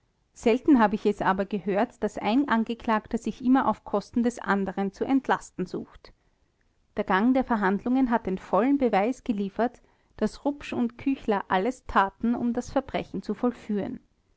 selten habe ich es aber gehört daß ein angeklagter sich immer auf kosten des andern zu entlasten sucht der gang der verhandlungen hat den vollen beweis geliefert daß rupsch und küchler alles taten um das verbrechen zu vollführen